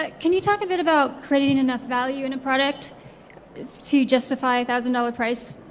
ah can you talk a bit about creating enough value in a product to justify a thousand dollar price,